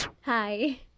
Hi